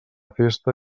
festa